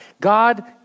God